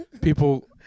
people